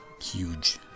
Huge